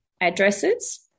addresses